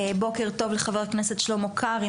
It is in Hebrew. בוקר טוב לחבר הכנסת שלמה קרעי,